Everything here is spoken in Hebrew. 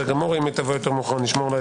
אם תבוא יותר מאוחר נשמע.